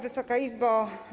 Wysoka Izbo!